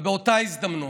ובאותה הזדמנות,